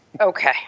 Okay